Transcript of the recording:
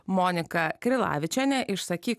monika krilavičiene išsakyk